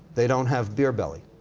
they don't have beer belly.